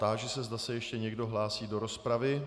Táži se, zda se ještě někdo hlásí do rozpravy.